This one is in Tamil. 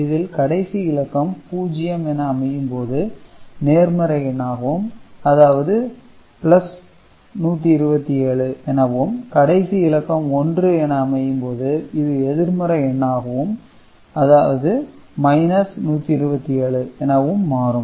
இதில் கடைசி இலக்கம் பூஜ்ஜியம் என அமையும் போது நேர்மறை எண்ணாகும் அதாவது 127 எனவும் கடைசி இலக்கம் 1 என அமையும் போது இது எதிர்மறை எண்ணாகும் அதாவது 127 எனவும் மாறும்